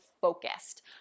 focused